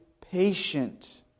patient